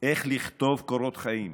איך לכתוב קורות חיים,